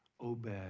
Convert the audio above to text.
Obed